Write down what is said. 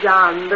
John